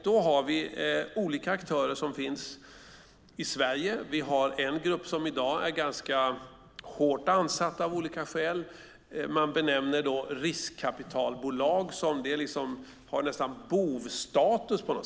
Då finns det i Sverige olika aktörer. Vi har en grupp som i dag är ganska hårt ansatt av olika skäl: riskkapitalbolagen som man benämner som om de nästan har bovstatus.